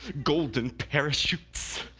golden parachutes.